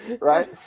Right